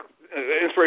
inspiration